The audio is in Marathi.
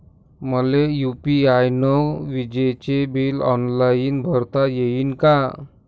मले यू.पी.आय न विजेचे बिल ऑनलाईन भरता येईन का?